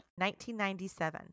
1997